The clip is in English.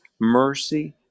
mercy